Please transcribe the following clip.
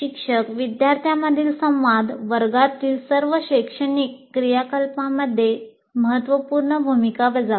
शिक्षक विद्यार्थ्यांमधील संवाद वर्गातील सर्व शैक्षणिक क्रियाकलापांमध्ये महत्त्वपूर्ण भूमिका बजावते